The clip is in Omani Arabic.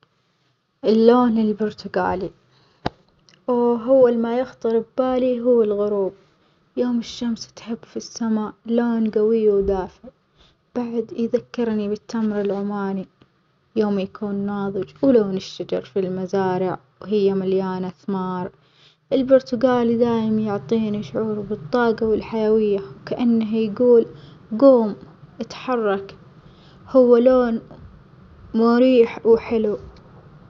اللون البرتجالي وهو لما يخطر في بالي هو الغروب يوم الشمس تهب في السما، لون جوي ودافي بعد يذكرني بالتمر العماني يوم يكون ناضج، ولون الشجر في المزارع وهي مليانة ثمار، البرتجالي دايم يعطيني شعور بالطاجة والحيوية، وكأنه يجول جوم اتحرك، هو لون مريح وحلو.